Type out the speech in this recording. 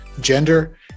gender